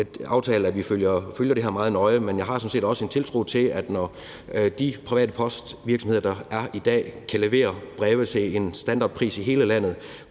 at vi følger det her meget nøje. Men jeg har sådan set også en tiltro til, at hvis de private postvirksomheder, der er i dag, kunne levere breve til en standardpris i hele landet,